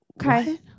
Okay